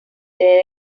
sede